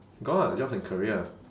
got jobs and career